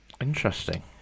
Interesting